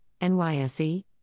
NYSE